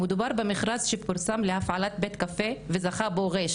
שמדובר במכרז שפורסם להפעלת בית קפה וזכה בו ר',